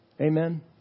Amen